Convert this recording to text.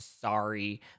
Sorry